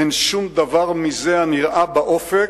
אין שום דבר מזה הנראה באופק,